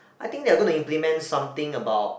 I think they are going to implement something about